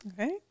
Okay